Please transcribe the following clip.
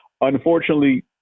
Unfortunately